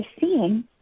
seeing